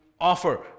offer